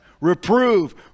reprove